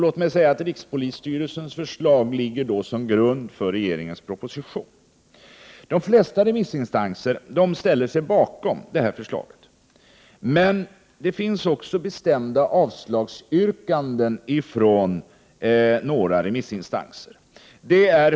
Låt mig då säga att rikspolisstyrelsens förslag ligger som grund för propositionen. De flesta remissinstanser ställer sig bakom förslaget, men det finns också bestämda avslagsyrkanden från några remissinstanser.